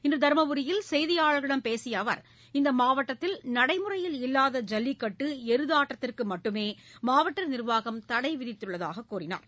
இன்று தர்மபுரியில் செய்தியாளர்களிடம் பேசிய அவர் இந்த மாவட்டத்தில் நடைமுறையில் இல்லாத ஜல்லிக்கட்டு எருதாட்டத்திற்கு மட்டுமே மாவட்ட நிர்வாகம் தடை விதித்துள்ளதாக தெரிவித்தார்